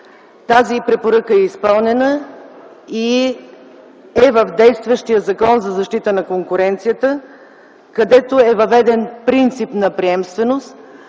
Тази препоръка е изпълнена и е в действащия Закон за защита на конкуренцията, където е въведен принцип на приемственост,